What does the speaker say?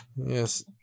Yes